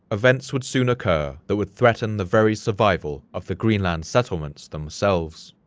events would soon occur that would threaten the very survival of the green land settlements themselves.